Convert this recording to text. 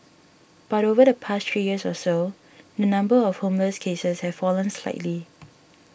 but over the past three years or so the number of homeless cases has fallen slightly